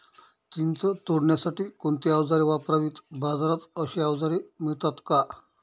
चिंच तोडण्यासाठी कोणती औजारे वापरावीत? बाजारात अशी औजारे मिळतात का?